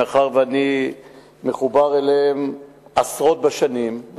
מאחר שאני מחובר אליהם עשרות בשנים,